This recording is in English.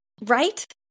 Right